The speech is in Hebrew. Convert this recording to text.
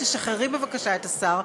תשחררי בבקשה את השר,